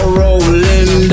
rolling